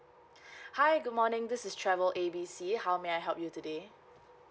hi good morning this is travel A B C how may I help you today